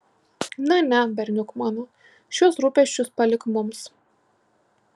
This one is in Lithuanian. na ne berniuk mano šiuos rūpesčius palik mums